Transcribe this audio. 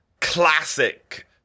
classic